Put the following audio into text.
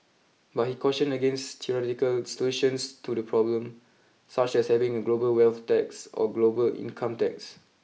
but he cautioned against theoretical solutions to the problem such as having a global wealth tax or global income tax